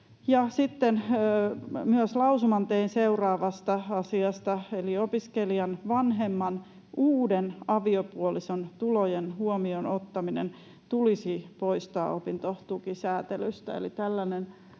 lausuman seuraavasta asiasta. Eli opiskelijan vanhemman uuden aviopuolison tulojen huomioon ottaminen tulisi poistaa opintotukisäätelystä,